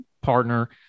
partner